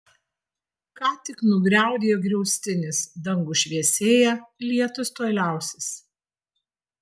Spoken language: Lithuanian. ką tik nugriaudėjo griaustinis dangus šviesėja lietus tuoj liausis